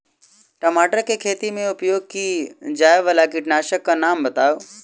टमाटर केँ खेती मे उपयोग की जायवला कीटनासक कऽ नाम बताऊ?